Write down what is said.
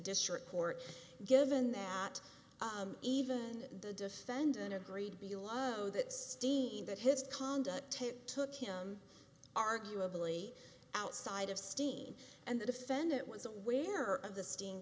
district court given that even the defendant agreed below that steve that his conduct took him arguably outside of steam and the defendant was aware of the stea